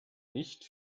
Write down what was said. nicht